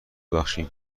بخشیم